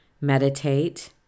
meditate